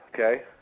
okay